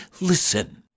Listen